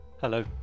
Hello